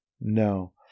No